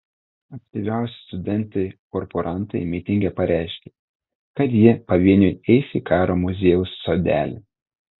aktyviausi studentai korporantai mitinge pareiškė kad jie pavieniui eis į karo muziejaus sodelį